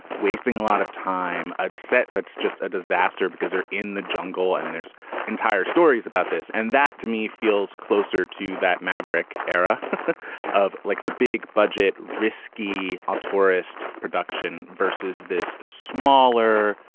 wasting a lot of time upset. that's just a disaster because they're in the jungle and there's entire stories about this. and that, to me, feels closer to that maverick era of like the big budget, risky ah tourist production versus this smaller,